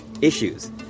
issues